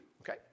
okay